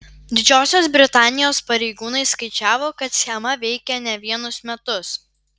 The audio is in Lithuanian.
didžiosios britanijos pareigūnai skaičiavo kad schema veikė ne vienus metus